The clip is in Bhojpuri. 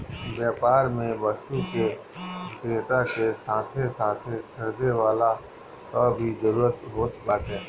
व्यापार में वस्तु के विक्रेता के साथे साथे खरीदे वाला कअ भी जरुरत होत बाटे